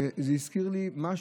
שזה הזכיר לי משהו,